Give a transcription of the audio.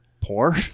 poor